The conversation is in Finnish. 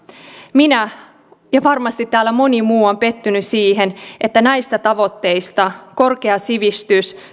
minä ja varmasti täällä moni muu on pettynyt siihen että näistä tavoitteista eli korkeasta sivistyksestä